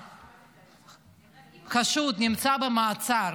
החשוד נמצא במעצר,